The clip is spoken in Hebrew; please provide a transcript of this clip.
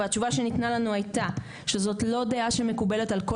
והתשובה שניתנה לנו הייתה שזאת לא דעה שמקובלת על כל